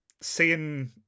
seeing